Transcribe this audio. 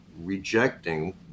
rejecting